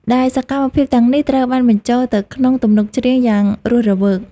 ដែលសកម្មភាពទាំងនេះត្រូវបានបញ្ចូលទៅក្នុងទំនុកច្រៀងយ៉ាងរស់រវើក។